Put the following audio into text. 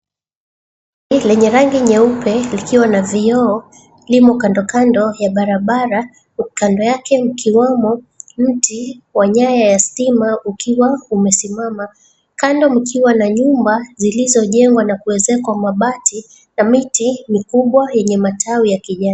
Lenye rangi nyeupe likiwa na vioo limo kandokando ya barabara, kando yake mkiwemo mti wa nyaya ya stima ukiwa umesimama, kando mkiwa na nyumba zilizojengwa na kuezekwa mabati na miti mikubwa yenye matawi ya kijani.